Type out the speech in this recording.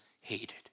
hated